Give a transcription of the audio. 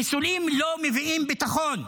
חיסולים לא מביאים ביטחון.